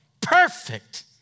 Perfect